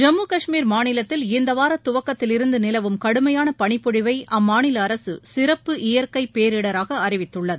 ஜம்மு கஷ்மீர் மாநிலத்தில் இந்தவார துவக்கத்திலிருந்து நிலவும் கடுமையாள பளிப்பொழிவை அம்மாநில அரசு சிறப்பு இயற்கை பேரிடராக அறிவித்துள்ளது